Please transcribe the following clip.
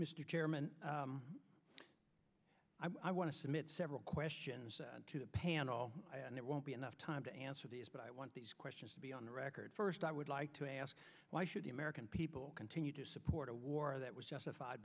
mr chairman i want to submit several questions to the panel and it won't be enough time to answer these but i want these questions to be on the record first i would like to ask why should the american people continue to support a war that was justified